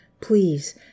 Please